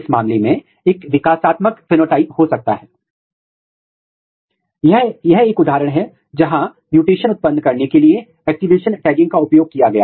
उनमें से कुछ को विशेष रूप से पंखुड़ी में व्यक्त किया जाता है या विशेष रूप से पुंकेसर में व्यक्त किया जाता है उनमें से कुछ को पंखुड़ियों और पुंकेसर दोनों में व्यक्त किया गया है